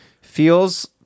feels